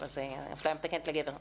(אומר דברים בשפה האנגלית, להלן תרגומם החופשי:)